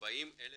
40,000